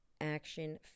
action